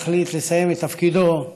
יחליט לסיים את תפקידו,